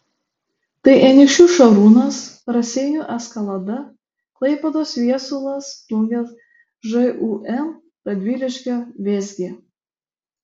tai anykščių šarūnas raseinių eskalada klaipėdos viesulas plungės žūm radviliškio vėzgė